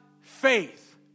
faith